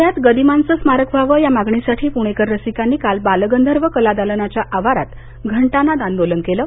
पुण्यात गदिमांचं स्मारक व्हावं या मागणीसाठी पुणेकर रसिकांनी काल बालगंधर्व कलादालनाच्या आवारात घंटानाद आंदोलन केलं